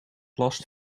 last